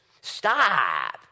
stop